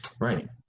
Right